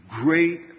great